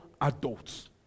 adults